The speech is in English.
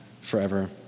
forever